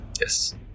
Yes